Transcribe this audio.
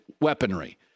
weaponry